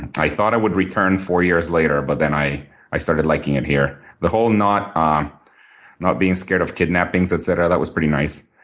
i thought i would return four years later, but then i i started liking it here. the whole not um not being scared of kidnappings, etcetera, that was pretty nice,